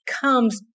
comes